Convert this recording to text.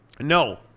No